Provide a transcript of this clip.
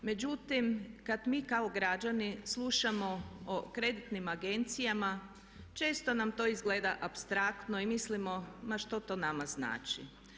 Međutim, kad mi kao građani slušamo o kreditnim agencijama često nam to izgleda apstraktno i mislimo ma što to nama znači.